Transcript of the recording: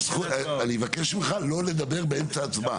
22 כמקשה אחת, מי בעד ההסתייגויות ירים את ידו?